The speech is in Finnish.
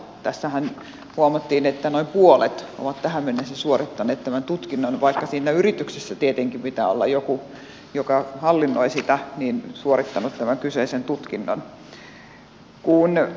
tässähän huomattiin että noin puolet on tähän mennessä suorittanut tämän tutkinnon vaikka siinä yrityksessä tietenkin pitää olla joku joka hallinnoi sitä joka on suorittanut tämän kyseisen tutkinnon